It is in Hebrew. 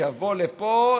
שיבוא לפה,